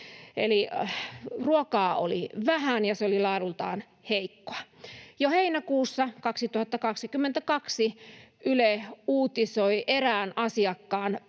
Eli ruokaa oli vähän, ja se oli laadultaan heikkoa. Jo heinäkuussa 2022 Yle uutisoi erään asiakkaan